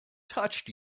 touched